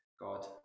God